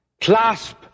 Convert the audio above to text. clasp